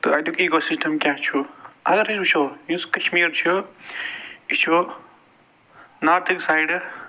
تہٕ اَتیٛک ecosystem کیٛاہ چھُ اَگر أسۍ وُچھُو یُس کشمیٖر چھُ یہِ چھُ نارتھٕکۍ سایڈٕ